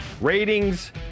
ratings